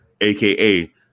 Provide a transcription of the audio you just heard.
aka